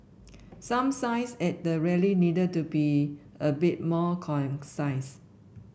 some signs at the rally needed to be a bit more